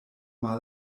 mal